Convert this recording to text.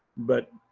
but